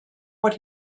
what